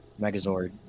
megazord